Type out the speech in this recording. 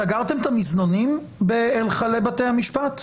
סגרתם את המזנונים בהיכלי בתי המשפט?